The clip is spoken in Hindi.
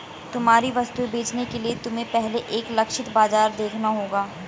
तुम्हारी वस्तुएं बेचने के लिए तुम्हें पहले एक लक्षित बाजार देखना होगा